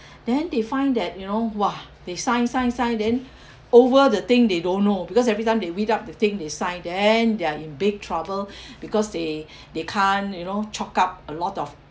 then they find that you know !wah! they sign sign sign then over the thing they don't know because every time they without the thing they sign then they're in big trouble because they they can't you know chalk up a lot of